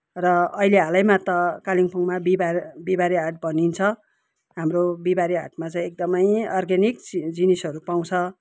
र अहिले हालैमा त कालिम्पोङमा बिहिबार बिहिबारे हाट भनिन्छ हाम्रो बिहिबारे हाटमा चैँ एकदमै अर्ग्यानिक जिनिसहरू पाउँछ